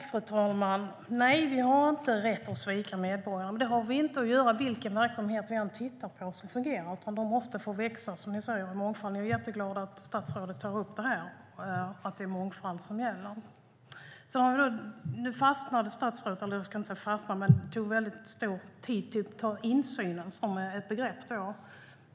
Fru talman! Nej, vi har inte rätt att svika medborgarna. Men det har vi inte rätt att göra oavsett vilken verksamhet det handlar om. Mångfalden måste, som ni säger, få växa. Jag är jätteglad att statsrådet tar upp att det är mångfald som gäller. Statsrådet använde mycket tid till att tala om insynen som ett begrepp.